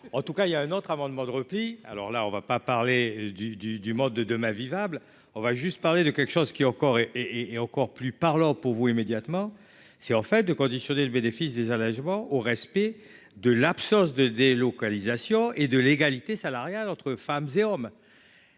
en tout cas, il y a un autre amendement de repli, alors là, on ne va pas parler du du du mode de de ma vivable, on va juste parler de quelque chose qui encore et et encore plus parlant pour vous, immédiatement, c'est en fait de conditionner le bénéfice des allégements au respect de l'absence de délocalisation et de l'égalité salariale entre femmes et hommes,